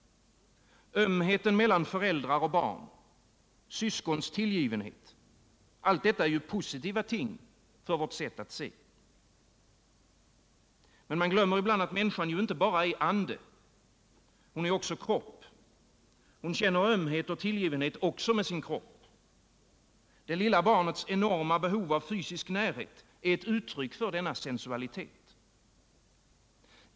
Ömheten mellan föräldrar och barn, syskons tillgivenhet —allt detta är positiva ting för vårt sätt att se. Men man glömmer ibland att människan ju inte är bara ande. Hon är också kropp. Hon känner ömhet och tillgivenhet också med sin kropp. Det lilla barnets enorma behov av fysisk närhet är ett uttryck för denna sensualitet.